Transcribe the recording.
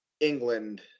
England